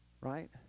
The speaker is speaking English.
Right